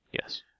Yes